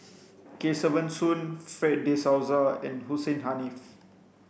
Kesavan Soon Fred de Souza and Hussein Haniff